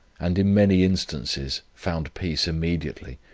and in many instances found peace immediately,